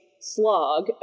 slog